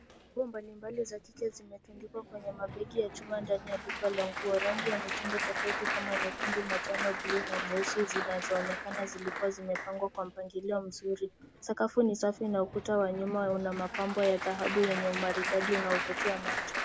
Nguo mbalimbali za kike zimetundikwa kwenye mabegi ya chuma ndani ya duka ya nguo. Rangi ya mitindo tofauti kama nyekundu, manjano, buluu na nyeusi zinazoonekana zilikuwa zimepangwa kwa mpangilio mzuri. Sakafu ni safi na ukuta wa nyuma una mapambo ya dhahabu yenye umaridadi unaovutia macho.